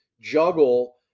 juggle